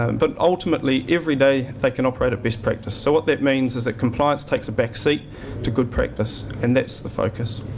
um but, ultimately, every day they can operate at best practice. so what that means is that compliance takes a back seat to good practice, and that's the focus.